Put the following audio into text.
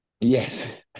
Yes